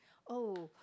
oh